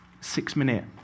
six-minute